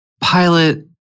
pilot